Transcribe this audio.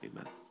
Amen